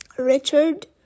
Richard